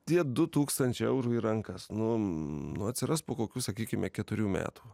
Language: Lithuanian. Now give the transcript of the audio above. tie du tūkstančiai eurų į rankas nu atsiras po kokių sakykime keturių metų